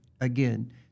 again